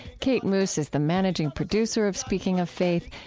kate moos is the managing producer of speaking of faith.